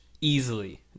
easily